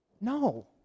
No